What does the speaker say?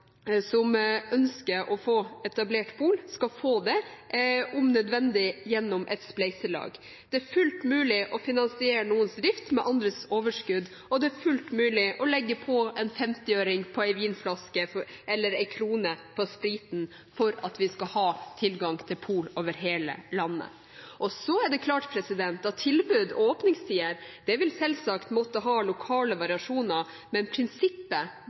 som ønsker å få etablert pol, skal få det, om nødvendig gjennom et spleiselag. Det er fullt mulig å finansiere noens drift med andres overskudd, og det er fullt mulig å legge på en 50-øring på en vinflaske eller 1 krone på spriten for at vi skal ha tilgang til pol over hele landet. Så er det klart at tilbud og åpningstider selvsagt vil måtte ha lokale variasjoner, men prinsippet